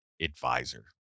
advisor